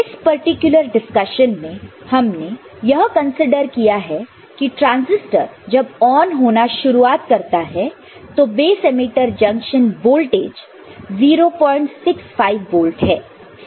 इस particular discussion में हमने यह कंसीडर किया है ट्रांसिस्टर transisotr जब ऑन होना शुरुआत करता है तो base emitter junction voltage 065 volt है